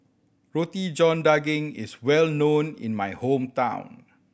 Roti John Daging is well known in my hometown